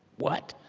what?